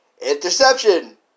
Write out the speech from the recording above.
Interception